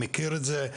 אני מכיר את זה,